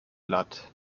lat